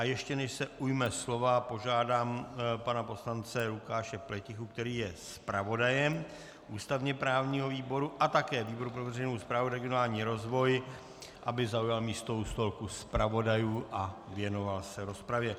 Ještě než se ujme slova, požádám pana poslance Lukáše Pletichu, který je zpravodajem ústavněprávního výboru a také výboru pro veřejnou správu a regionální rozvoj, aby zaujal místo u stolku zpravodajů a věnoval se rozpravě.